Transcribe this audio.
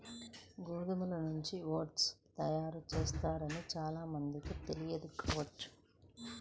గోధుమల నుంచి ఓట్స్ తయారు చేస్తారని చాలా మందికి తెలియదు కావచ్చు